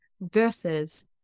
versus